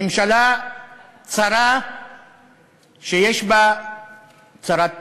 ממשלה צרה שיש בה צרת רווחה,